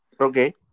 Okay